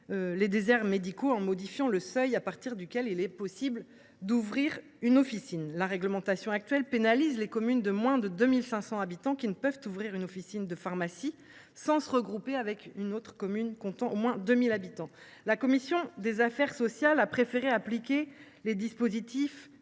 les petites communes en modifiant le seuil à partir duquel il est possible d’ouvrir une officine. La réglementation actuelle pénalise les communes de moins de 2 500 habitants, qui ne peuvent ouvrir une officine de pharmacie sans se regrouper avec une autre commune comptant au moins 2 000 habitants. La commission des affaires sociales a préféré appliquer le dispositif